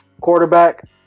quarterback